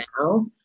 now